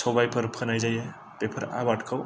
सबायफोर फोनाय जायो बेफोर आबादखौ